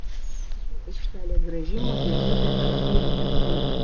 iš tiesų aikštelė graži moderni bet kartu ir itin paini